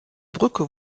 brücke